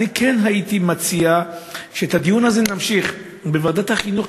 הייתי מציע שאת הדיון הזה נמשיך בוועדת החינוך,